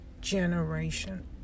generation